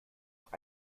noch